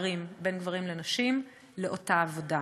הפערים בין גברים לנשים באותה עבודה.